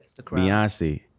Beyonce